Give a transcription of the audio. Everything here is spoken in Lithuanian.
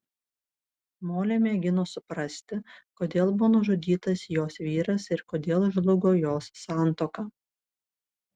molė mėgino suprasti kodėl buvo nužudytas jos vyras ir kodėl žlugo jos santuoka